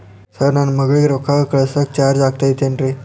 Sir ನನ್ನ ಮಗಳಗಿ ರೊಕ್ಕ ಕಳಿಸಾಕ್ ಚಾರ್ಜ್ ಆಗತೈತೇನ್ರಿ?